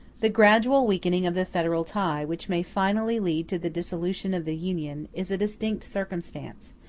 the gradual weakening of the federal tie, which may finally lead to the dissolution of the union, is a distinct circumstance,